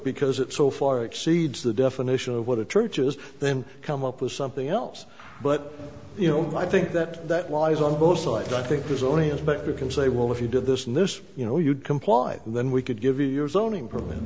because it so far exceeds the definition of what a church is then come up with something else but you know i think that that lies on both sides i think there's only inspector can say well if you do this and this you know you'd comply then we could give you your zoning perm